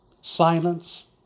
silence